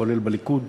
כולל בליכוד,